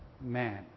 man